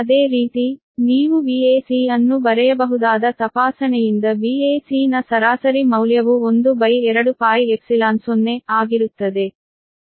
ಅದೇ ರೀತಿ ನೀವು Vac ಅನ್ನು ಬರೆಯಬಹುದಾದ ತಪಾಸಣೆಯಿಂದ Vac ನ ಸರಾಸರಿ ಮೌಲ್ಯವು 12πε0 ಆಗಿರುತ್ತದೆ